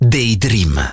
Daydream